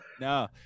No